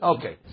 Okay